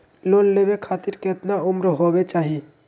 Loan लेवे खातिर केतना उम्र होवे चाही?